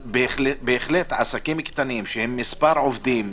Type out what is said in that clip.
אין שום בעיה לאפשר לעסקים קטנים שיש בהם מספר עובדים קטן,